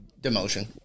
Demotion